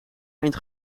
eind